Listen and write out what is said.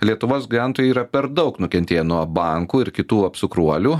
lietuvos gyventojai yra per daug nukentėję nuo bankų ir kitų apsukruolių